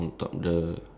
okay